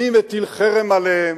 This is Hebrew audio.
מי מטיל חרם עליהם,